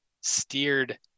steered